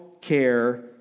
care